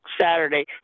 Saturday